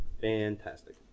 Fantastic